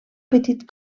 petit